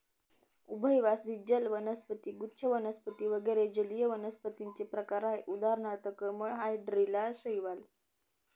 उभयवासी जल वनस्पती, गुच्छ वनस्पती वगैरे जलीय वनस्पतींचे प्रकार आहेत उदाहरणार्थ कमळ, हायड्रीला, शैवाल